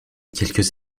quelques